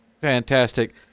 fantastic